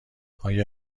آیا